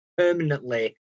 Permanently